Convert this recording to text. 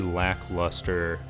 lackluster